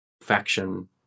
faction